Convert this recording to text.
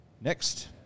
Next